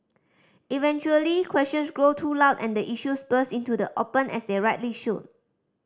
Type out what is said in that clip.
eventually questions grow too loud and the issues burst into the open as they rightly should